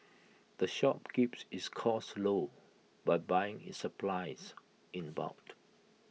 the shop keeps its costs low by buying its supplies in